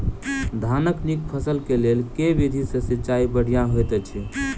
धानक नीक फसल केँ लेल केँ विधि सँ सिंचाई बढ़िया होइत अछि?